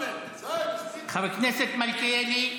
מה אתם עושים, לא עושה את זה.